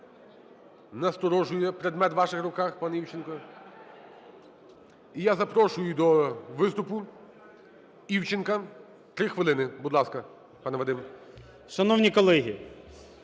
Насторожує предмет у ваших руках, пане Івченко. І я запрошую до виступу Івченка. 3 хвилини. Будь ласка, пане Вадиме. 13:20:06